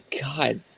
god